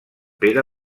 pere